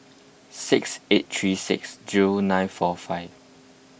six eight three six zero nine four five